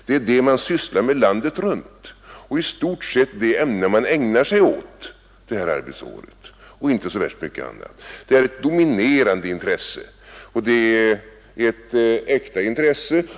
Det är detta man sysslar med landet runt, i stort sett det ämne man ägnar sig åt det här arbetsåret. Det är ett dominerande och äkta intresse.